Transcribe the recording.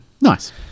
nice